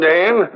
Dan